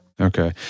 Okay